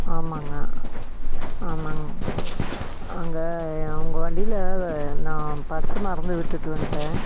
ஆமாங்க ஆமாங்க அங்கே உங்கள் வண்டியில் நான் பர்ஸை மறந்து விட்டுட்டு வந்துட்டேன்